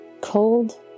Cold